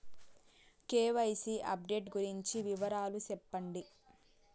KYC update గురించి వివరాలు సెప్పండి?